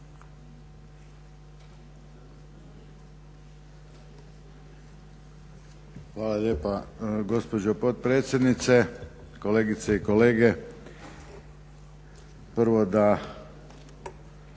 Hvala lijepa gospođo potpredsjednice. Kolegice i kolege. Prvo da